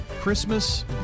Christmas